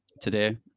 today